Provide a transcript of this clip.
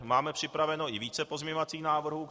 Máme připraveno i více pozměňovacích návrhů.